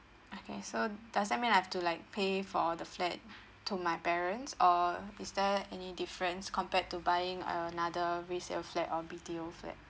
okay so does that mean like to like pay for the flat to my parents or is there any difference compared to buying another resale flat or B_T_O flat